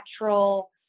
natural